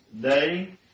day